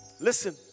Listen